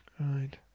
Right